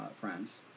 friends